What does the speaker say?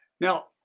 Now